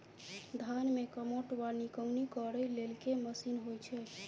धान मे कमोट वा निकौनी करै लेल केँ मशीन होइ छै?